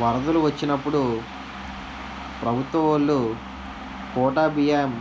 వరదలు వొచ్చినప్పుడు ప్రభుత్వవోలు కోటా బియ్యం